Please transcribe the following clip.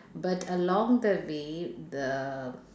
but along the way the